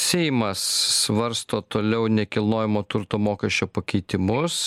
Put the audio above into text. seimas svarsto toliau nekilnojamo turto mokesčio pakeitimus